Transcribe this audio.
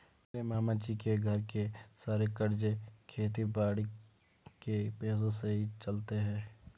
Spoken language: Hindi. मेरे मामा जी के घर के सारे खर्चे खेती बाड़ी के पैसों से ही चलते हैं